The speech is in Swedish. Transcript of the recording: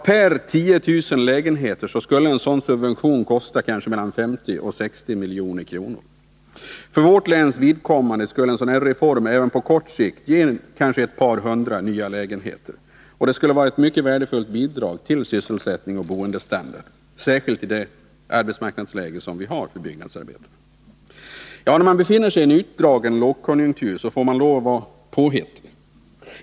Per 10 000 lägenheter skulle en sådan subvention kosta 50-60 milj.kr. För vårt läns vidkommande skulle en sådan reform även på kort sikt kunna ge ett par hundra nya lägenheter, vilket skulle vara ett värdefullt bidrag till sysselsättning och boendestandard, särskilt i det arbetsmarknadsläge som råder för byggnadsarbetarna. När man befinner sig i en utdragen lågkonjunktur får man vara påhittig.